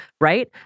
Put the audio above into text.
right